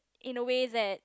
in a way that